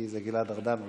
כי גלעד ארדן הולך.